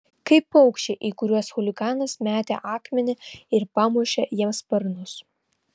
kaip paukščiai į kuriuos chuliganas metė akmenį ir pamušė jiems sparnus